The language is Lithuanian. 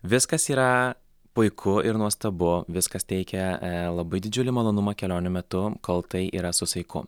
viskas yra puiku ir nuostabu viskas teikia labai didžiulį malonumą kelionių metu kol tai yra su saiku